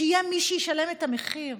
שיהיה מי שישלם את המחיר.